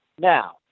Now